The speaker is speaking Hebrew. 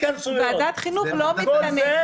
ועדת החינוך באמת לא מתכנסת.